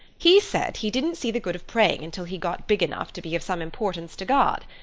he said he didn't see the good of praying until he got big enough to be of some importance to god.